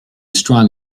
strong